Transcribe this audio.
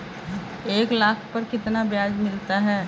एक लाख पर कितना ब्याज मिलता है?